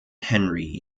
henry